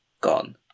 gone